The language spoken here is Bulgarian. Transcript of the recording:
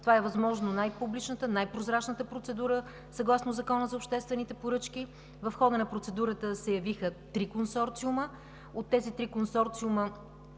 Това е възможно най-публичната, най-прозрачната процедура съгласно Закона за обществените поръчки. В хода на процедурата се явиха три консорциума, като на